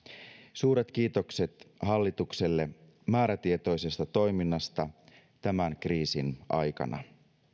suuret kiitokset hallitukselle määrätietoisesta toiminnasta tämän kriisin aikana